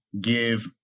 give